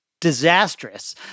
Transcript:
disastrous